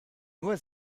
nur